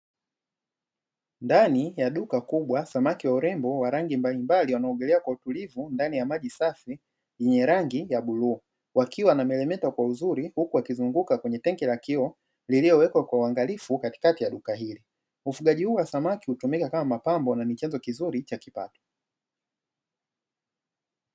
Ndani ya duka kubwa, samaki wa urembo wa rangi mbalimbali wanaogelea kwa utulivu ndani ya maji safi yenye rangi ya bluu, wakiwa wanameremeta kwa uzuri, huku wakizunguka kwenye tenki la kioo, lililowekwa kwa waangalifu katikati ya duka hili. Ufugaji huu wa samaki hutumika kama mapambo na ni chanzo kizuri cha kipato.